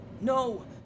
No